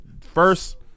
First